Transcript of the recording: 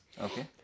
Okay